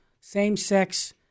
same-sex